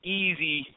easy